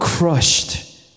Crushed